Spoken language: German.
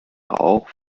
auch